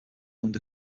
owned